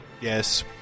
yes